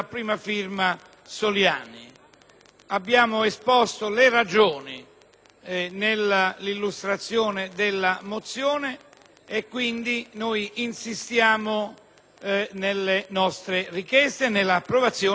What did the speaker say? Abbiamo esposto le ragioni nell'illustrazione della mozione e quindi insistiamo nelle nostre richieste e nell'approvazione delle mozioni stesse.